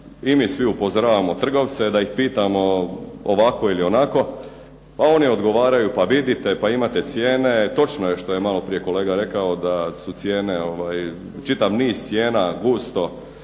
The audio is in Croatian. i mi svi upozoravamo trgovce, da ih pitamo ovako ili onako, a oni odgovaraju pa vidite, pa imate cijene. Točno je što je malo prije kolega rekao da su cijene čitav niz cijena gusto